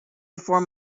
before